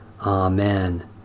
Amen